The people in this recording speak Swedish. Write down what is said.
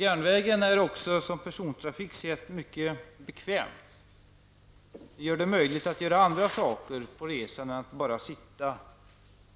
Järnvägen är också ur persontrafiksynpunkt mycket bekväm. Att resa med järnväg gör det möjligt att göra andra saker på resan än att bara sitta